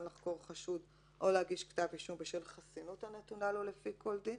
לחקור חשוד או להגיש כתב אישום בשל חסינות הנתונה לו לפי כל דין".